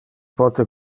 pote